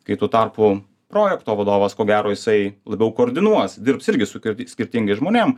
kai tuo tarpu projekto vadovas ko gero jisai labiau koordinuos dirbs irgi su skirtingais žmonėm